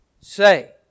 say